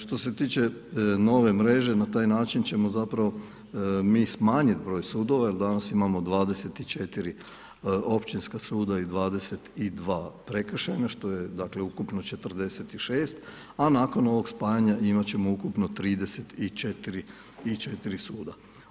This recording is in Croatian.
Što se tiče nove mreže, na taj način ćemo zapravo mi smanjiti broj sudova jer danas imamo 24 općinska suda i 22 prekršajna što je dakle ukupno 46 a nakon ovog spajanja imati ćemo ukupno 34 suda.